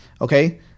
okay